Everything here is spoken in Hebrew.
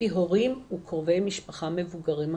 מפי הורים וקרובי משפחה מבוגרים אחרים.